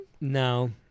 No